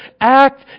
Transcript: act